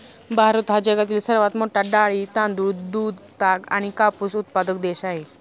भारत हा जगातील सर्वात मोठा डाळी, तांदूळ, दूध, ताग आणि कापूस उत्पादक देश आहे